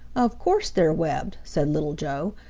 of course they're webbed, said little joe.